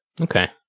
Okay